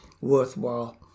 worthwhile